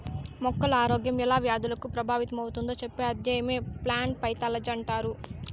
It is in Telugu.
మొక్కల ఆరోగ్యం ఎలా వ్యాధులకు ప్రభావితమవుతుందో చెప్పే అధ్యయనమే ప్లాంట్ పైతాలజీ అంటారు